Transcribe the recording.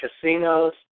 casinos